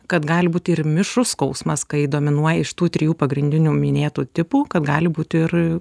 kad gali būti ir mišrus skausmas kai dominuoja iš tų trijų pagrindinių minėtų tipų kad gali būti ir